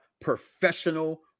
professional